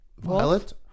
Violet